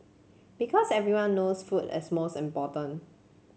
because everyone knows food is most important